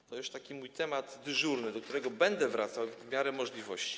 To jest już taki mój temat dyżurny, do którego będę wracał w miarę możliwości.